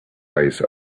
eyes